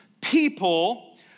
people